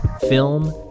film